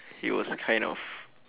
he was a kind of